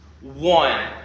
One